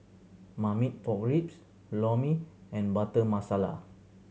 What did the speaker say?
Marmite Pork Ribs Lor Mee and Butter Masala